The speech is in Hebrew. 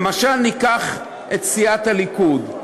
למשל, ניקח את סיעת הליכוד.